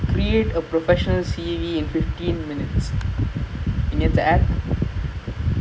ya nice brother